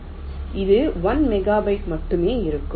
இது 1 மெகாபைட் மட்டுமே இருக்கும்